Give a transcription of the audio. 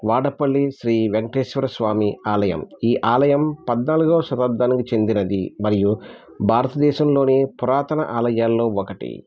వాడపల్లి శ్రీ వెంకటేశ్వర స్వామి ఆలయం ఈ ఆలయం పద్నాలుగవ శతాబ్దానికి చెందినది భారతదేశంలోని పురాతన ఆలయాల్లో ఒకటి